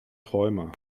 träumer